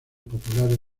populares